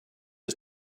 its